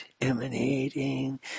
Emanating